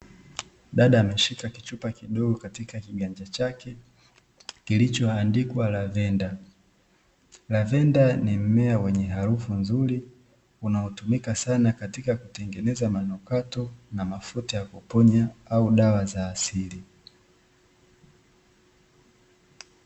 Dada ameshika kichupa kidogo katika kiganja chake, kilichoandikwa Lavenda. Lavenda ni mmea wenye harufu nzuri, unaotumika sana katika kutengeneza manukato na mafuta ya kuponya, au dawa za asili.